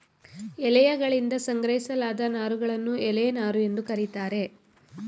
ಎಲೆಯಗಳಿಂದ ಸಂಗ್ರಹಿಸಲಾದ ನಾರುಗಳನ್ನು ಎಲೆ ನಾರು ಎಂದು ಕರೀತಾರೆ